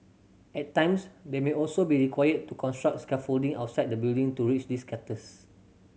at times they may also be required to construct scaffolding outside the building to reach these captors